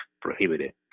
prohibited